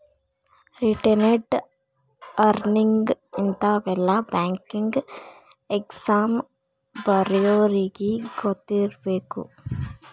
retained earnings ಇಂತಾವೆಲ್ಲ banking exam ಬರ್ಯೋರಿಗಿ ಗೊತ್ತಿರ್ಬೇಕು